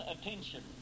attention